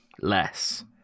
Less